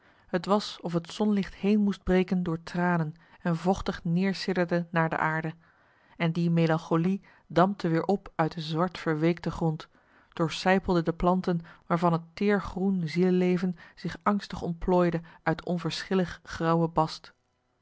t was of het zonlicht heen marcellus emants een nagelaten bekentenis moest breken door tranen en vochtig neersidderde naar de aarde en die melancholie dampte weer op uit de zwart verweekte grond doorsijpelde de planten waarvan het teer groen zieleleven zich angstig ontplooide uit de onverschillig grauwe bast